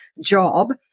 job